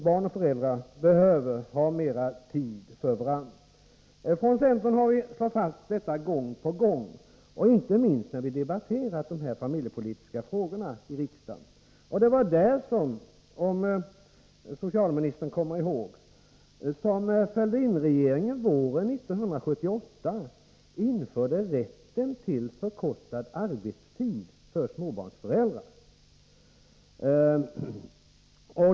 Barn och föräldrar behöver alltså ha mer tid för varandra. Centern har slagit fast detta gång på gång, inte minst när vi debatterat de familjepolitiska frågorna i riksdagen. Det var därför som — vilket socialministern kommer ihåg — Fälldinregeringen våren 1978 införde rätten till förkortad arbetstid för småbarnsföräldrar.